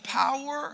power